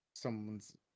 Someone's